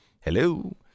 hello